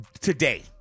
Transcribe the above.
today